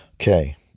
Okay